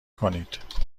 کنید